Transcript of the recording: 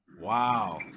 wow